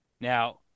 Now